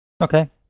okay